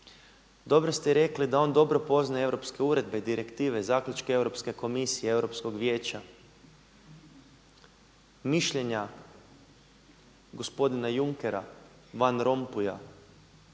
Dobro ste i rekli da on dobro poznaje europske uredbe i direktive, zaključke Europske komisije, Europskog vijeća. Mišljenja gospodina Junckera, Van Rompuya